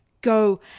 Go